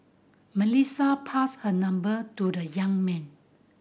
Melissa passed her number to the young man